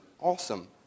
awesome